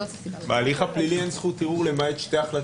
בהליך הפלילי אין זכות ערעור, למעט שתי החלטות